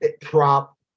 prop